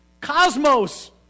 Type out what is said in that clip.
cosmos